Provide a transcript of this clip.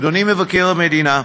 אדוני מבקר המדינה,